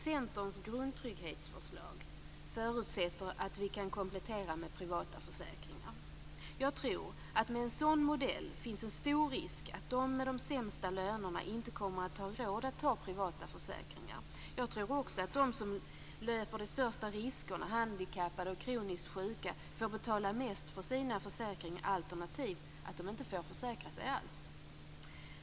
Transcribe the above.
Centerns grundtrygghetsförslag förutsätter att vi kan komplettera med privata försäkringar. Jag tror att det med en sådan modell finns en stor risk att de med de sämsta lönerna inte kommer att ha råd att ta privata försäkringar. Jag tror också att de som löper de största riskerna, t.ex. handikappade och kroniskt sjuka, får betala mest för sina försäkringar, alternativt inte får försäkra sig alls.